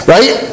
Right